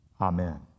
Amen